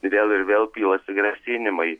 vėl ir vėl pilasi grasinimai